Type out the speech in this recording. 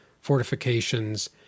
fortifications